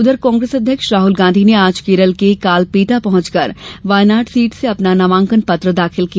उधर कांग्रेस अध्यक्ष राहल गांधी ने आज केरल के कालपेटा पहुंचकर वायनाड सीट से अपना नामांकन दाखिल किया